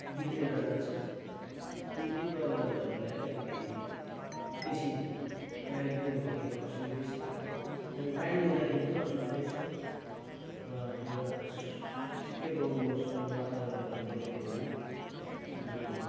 बिग्रेर जान्छ अनि त्यो कुराले गर्दा हामीलाई आलिकति बेसी पानी पनि हुँदाखेरि असुविधै छ अनि पानी नहुँदाखेरि पनि असुविधै छ र एउटा ठिक्कैको मौसम वातावरण भएर बसिदियो भने हामी